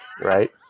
right